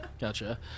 Gotcha